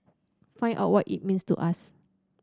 find out what it means to us